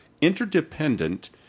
interdependent